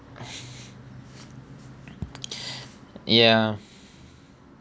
ya